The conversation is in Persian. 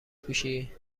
پوشی